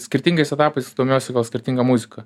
skirtingais etapais domiuosi gal skirtinga muzika